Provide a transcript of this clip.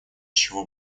чего